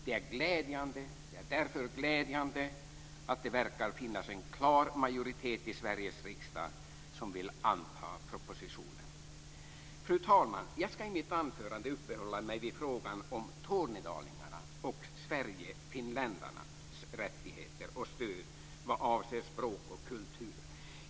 Det är därför glädjande att det verkar finnas en klar majoritet i Sveriges riksdag som vill anta propositionen. Fru talman! Jag ska i mitt anförande uppehålla mig vid frågan om tornedalingarnas och svergefinländarnas rättigheter och stöd vad avser språk och kultur.